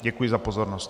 Děkuji za pozornost.